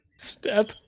Step